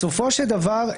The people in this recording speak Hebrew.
בסופו של דבר,